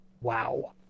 Wow